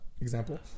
Example